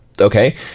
Okay